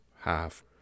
half